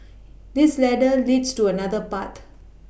this ladder leads to another path